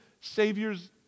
saviors